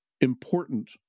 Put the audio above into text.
important